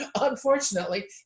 unfortunately